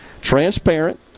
transparent